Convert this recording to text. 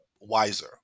wiser